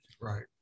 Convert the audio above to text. Right